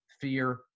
fear